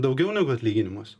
daugiau negu atlyginimus